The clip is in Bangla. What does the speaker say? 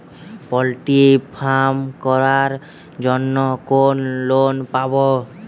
পলট্রি ফার্ম করার জন্য কোন লোন পাব?